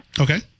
Okay